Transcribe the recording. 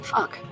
Fuck